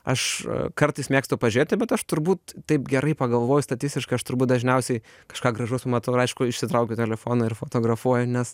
aš kartais mėgstu pažiūrėti bet aš turbūt taip gerai pagalvojus statistiškai aš turbūt dažniausiai kažką gražaus pamatau ir aišku išsitraukiu telefoną ir fotografuoju nes